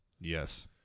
Yes